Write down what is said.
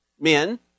men